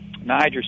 Niger